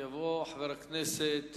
יבוא חבר הכנסת